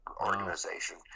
organization